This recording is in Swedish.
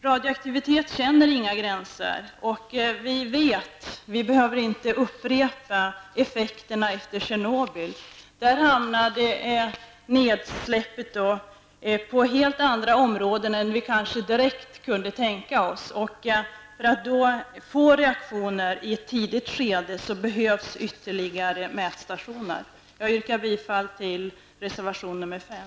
Radioaktiviteten känner inga gränser. Vi känner till, vi behöver inte upprepa det, effekterna efter Tjernobylolyckan. Där hamnade nedsläppet på helt andra områden än vi kanske hade kunnat tänka oss. För att få reaktioner i ett tidigt skede behövs ytterligare mätstationer. Jag yrkar bifall till reservation 5.